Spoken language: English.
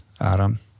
Adam